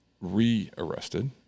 re-arrested